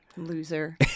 Loser